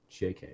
jk